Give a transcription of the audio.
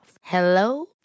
Hello